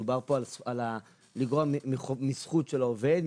דובר פה לגרוע מזכות של העובד,